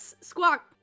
Squawk